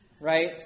right